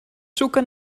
zoeken